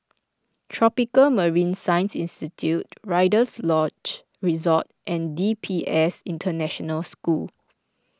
Tropical Marine Science Institute Rider's Lodge Resort and D P S International School